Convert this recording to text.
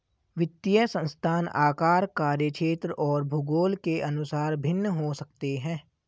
वित्तीय संस्थान आकार, कार्यक्षेत्र और भूगोल के अनुसार भिन्न हो सकते हैं